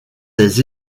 des